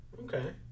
Okay